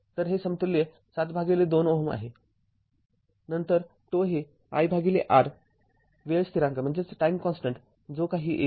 तर हे समतुल्य ७ भागिले २Ω आहे नंतर τ हे lR वेळ स्थिरांक जो काही येईल